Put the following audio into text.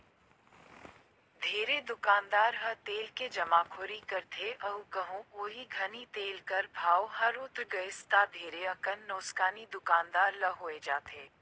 ढेरे दुकानदार ह तेल के जमाखोरी करथे अउ कहों ओही घनी तेल कर भाव हर उतेर गइस ता ढेरे अकन नोसकानी दुकानदार ल होए जाथे